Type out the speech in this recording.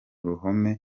ruhome